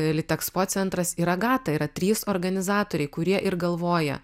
litexpo centras ir agata yra trys organizatoriai kurie ir galvoja